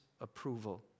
approval